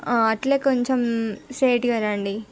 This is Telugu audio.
అట్లే కొంచెం స్ట్రెయిట్గా రండి